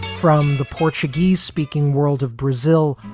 from the portuguese speaking world of brazil,